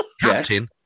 Captain